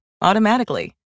automatically